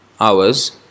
hours